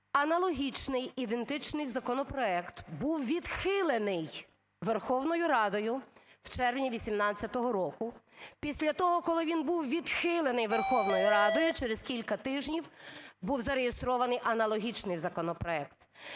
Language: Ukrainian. Аналогічний, ідентичний законопроект був відхилений Верховною Радою в червні 2018 року. Після того, коли він був відхилений Верховною Радою, через кілька тижнів був зареєстрований аналогічний законопроект.